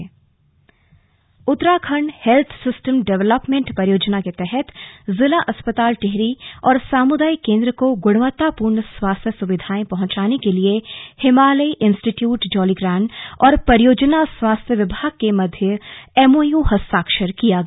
slug MOU Uttarakhand health system development परियोजना के तहत जिला अस्पताल टिहरी और सामुदायिक केन्द्र को गुणवतापूर्ण स्वास्थ्य सुविधाएं पहुंचाने के लिए हिमालय इंस्टिट्यूट जौलीग्रांट और परियोजना स्वास्थ्य विभाग के मध्य एमओयू हस्ताक्षर किया गया